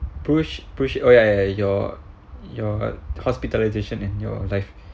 pru prushield oh ya ya your your hospitalisation and your life